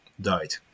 died